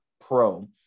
pro